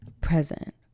present